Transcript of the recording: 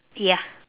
ya